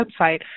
website